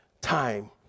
time